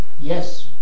Yes